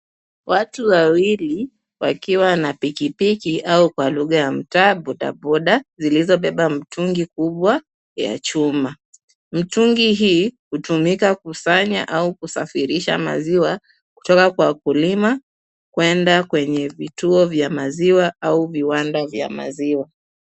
Watu wawili wakiwa na pikipiki au kwa lugha ya mtaa bodaboda , zilizobeba mtungi kubwa ya chuma. Mtungi hii hutumika kusanya au kusafirisha maziwa, kutoka kwa wakulima kwenda kwenye vituo vya maziwa, au viwanda vya maziwa.